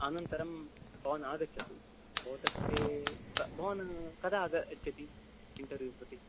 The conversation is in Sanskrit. अनन्तरं भवान् आगच्छतु भवता कृते भवान् कदा आगच्छति इन्टेर्व्यू प्रति